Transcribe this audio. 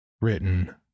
written